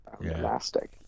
elastic